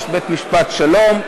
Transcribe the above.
יש בית-משפט שלום,